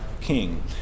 king